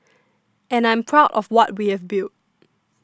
and I'm proud of what we have built